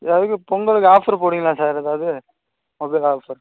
எதாவதுக்கு பொங்கலுக்கு ஆஃபர் போடுவீங்களா சார் எதாவது மொபைல் ஆஃபர்